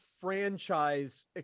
franchise